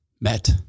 met